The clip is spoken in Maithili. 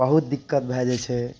बहुत दिक्कत भए जाइ छै